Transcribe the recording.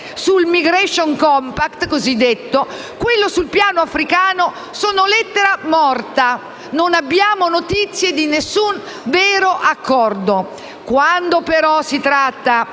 sul *migration compact* e sul piano africano sono lettera morta. Non abbiamo notizie di nessun vero accordo.